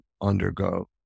undergo